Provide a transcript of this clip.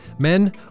men